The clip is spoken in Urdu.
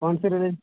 کون سے رلے